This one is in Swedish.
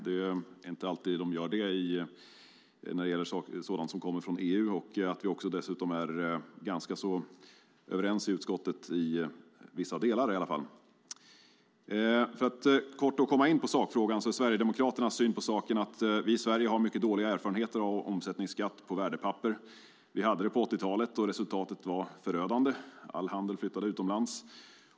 Det är inte alltid den gör det när det gäller sådant som kommer från EU. Vi är också ganska överens i utskottet, i varje fall när det gäller vissa delar. Jag ska kort komma in på sakfrågan. Sverigedemokraternas syn på saken är att vi i Sverige har mycket dåliga erfarenheter av omsättningsskatt på värdepapper. Vi hade det på 80-talet, och resultatet var förödande. All handel flyttade utomlands.